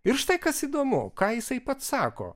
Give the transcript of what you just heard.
ir štai kas įdomu ką jisai pats sako